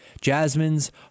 Jasmine's